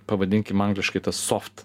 pavadinkim angliškai tas soft